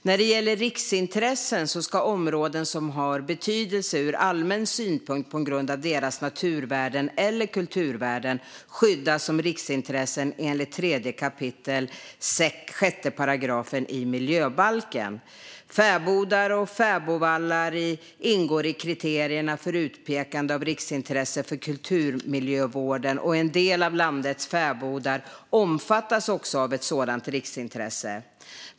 När det gäller riksintressen ska områden som har betydelse ur allmän synpunkt på grund av deras naturvärden eller kulturvärden skyddas som riksintressen enligt 3 kap. 6 § miljöbalken. Fäbodar och fäbodvallar ingår i kriterierna för utpekande av ett riksintresse för kulturmiljövården, och en del av landets fäbodar omfattas också av ett sådant riksintresse.